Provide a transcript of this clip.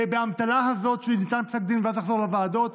ובאמתלה הזאת שניתן פסק דין אז לחזור לוועדות,